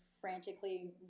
frantically